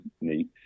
neat